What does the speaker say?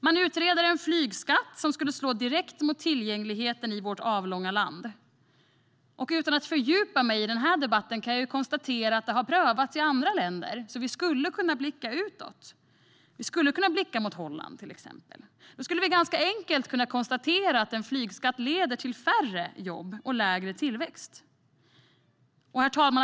Man utreder en flygskatt som skulle slå direkt mot tillgängligheten i vårt avlånga land. Utan att fördjupa mig i den här debatten kan jag konstatera att det har prövats i andra länder. Vi skulle kunna blicka utåt, till exempel mot Holland. Då skulle vi enkelt kunna konstatera att en flygskatt leder till färre jobb och lägre tillväxt. Herr talman!